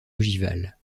ogivale